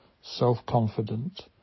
self-confident